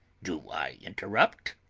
do i interrupt?